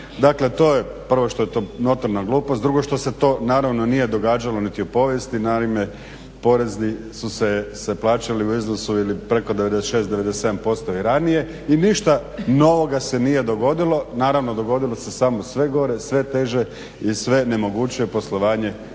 Dakle, to je prvo što je to notorna glupost. Drugo što ste to naravno nije događalo niti u povijesti. Naime, porezi su se plaćali u iznosu ili preko 96, 97% i ranije i ništa novoga se nije dogodilo. Naravno dogodilo se samo sve gore, sve teže i sve nemogućije poslovanje